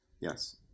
Yes